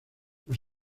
los